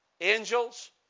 angels